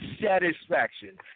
satisfaction